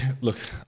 look